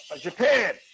Japan